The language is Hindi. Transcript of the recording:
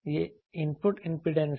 यह इनपुट इंपीडेंस है